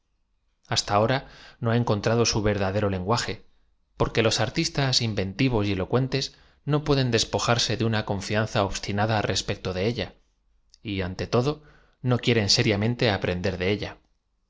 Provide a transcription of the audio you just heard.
hasta ahora no ha encontrado su verdadero lenguaje porque los artistas inventivos y elocuentes no pueden despojarse de una confianza obstinada respecto de ella y ante todo no quieren seriamente aprender de ella